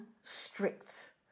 strict